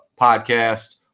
podcast